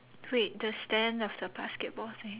wait the stand of the basketball say